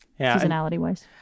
seasonality-wise